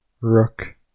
Rook